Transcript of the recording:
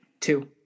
Two